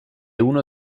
uno